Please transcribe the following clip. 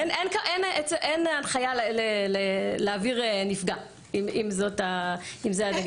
אין הנחיה להעביר נפגע, אם זה הדגש.